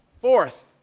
Fourth